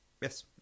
Yes